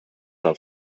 del